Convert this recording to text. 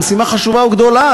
משימה חשובה וגדולה,